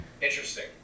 Interesting